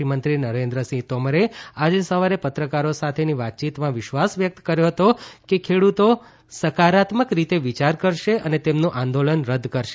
કૃષિમંત્રી નરેન્દ્રસિંહ તોમરે આજે સવારે પત્રકારોની સાથેની વાતચીતમાં વિશ્વાસ વ્યક્ત કર્યો હતો કે ખેડૂતો સકારાત્મક રીતે વિચાર કરશે અને તેમનું આંદોલન રદ કરશે